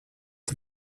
für